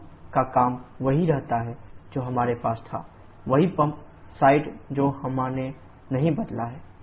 pump का काम वही रहता है जो हमारे पास था वही पंप साइड जो हमने नहीं बदला है